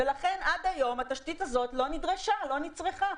לכן עד היום התשתית הזאת לא נדרשה, לא נצרכה.